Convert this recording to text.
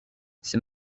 ses